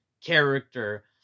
character